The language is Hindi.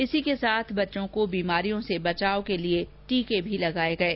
इसी के साथ बच्चों को बीमारियों से बचाव के लिए टीके भी लगाये गये